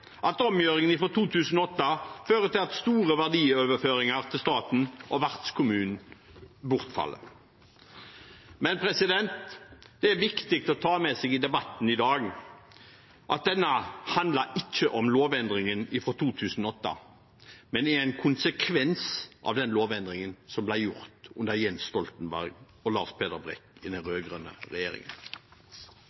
at omgjøringen fra 2008 fører til at store verdioverføringer til staten og vertskommunen bortfaller. Men det er viktig å ta med seg at debatten i dag ikke handler om lovendringen fra 2008, men er en konsekvens av den lovendringen som ble gjort under Jens Stoltenberg og Lars Peder Brekk i den